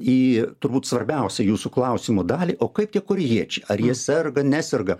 į turbūt svarbiausią jūsų klausimo dalį o kaip tie korėjiečių ar jie serga neserga